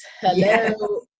Hello